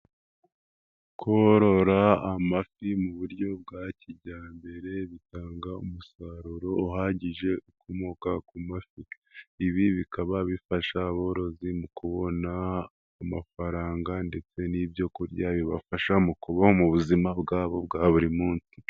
Korora amafi mu buryo bwa kijyambere bitanga umusaruro uhagije ukomoka ku mafi. Ibi bikaba bifasha aborozi mu kubona amafaranga ndetse n'ibyo kurya bibafasha mu kubaho mu buzima bwabo bwa buri munsi.